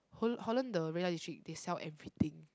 Hol~ Holland the red light district they sell everything